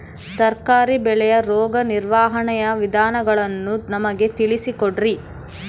ತರಕಾರಿ ಬೆಳೆಯ ರೋಗ ನಿರ್ವಹಣೆಯ ವಿಧಾನಗಳನ್ನು ನಮಗೆ ತಿಳಿಸಿ ಕೊಡ್ರಿ?